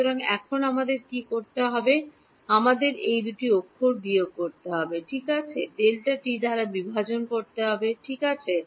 সুতরাং এখন আমাদের কী করতে হবে আমাদের এই দুটি অক্ষর বিয়োগ করে ঠিক আছে Δt দ্বারা বিভাজন করতে হবে ঠিক আছে